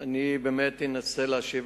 אני באמת אנסה להשיב